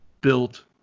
built